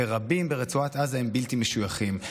ורבים ברצועת עזה הם בלתי משויכים.